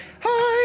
Hi